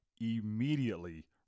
immediately